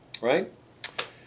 right